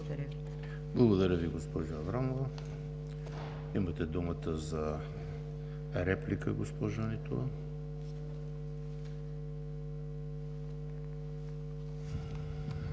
Благодаря Ви, госпожо Аврамова. Имате думата за реплика, госпожо Нитова.